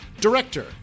Director